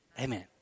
Amen